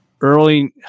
early